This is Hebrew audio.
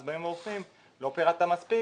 אז באים ואומרים: לא פירטת מספיק,